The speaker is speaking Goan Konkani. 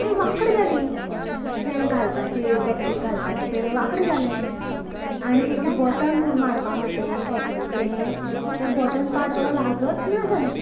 तें वांकडें जालें तें घालपाचे केटलीक घालपाचे तें वांकडें जालें आनी तेचे बटण मारपा न्हूं तें केटलीचे तें बटण पाड पोडों लागच ना जालें